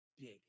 big